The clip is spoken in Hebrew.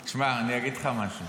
תשמע, אני אגיד לך משהו.